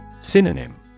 Synonym